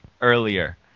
earlier